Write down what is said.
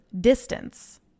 distance